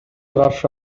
каршы